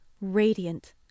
radiant